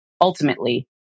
ultimately